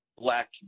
black